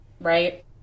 right